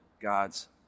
God's